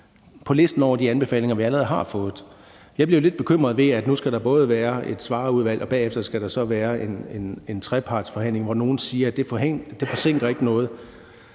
på listen over de anbefalinger, vi allerede har fået. Jeg bliver lidt bekymret over, at der nu både skal være et Svarerudvalg og bagefter en trepartsforhandling, hvor nogle siger, at det ikke forsinker noget.